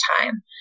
time